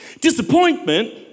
Disappointment